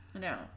No